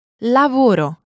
Lavoro